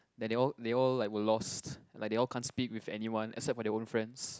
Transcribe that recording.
then they all they all like were lost like they all can't speak with anyone except for their own friends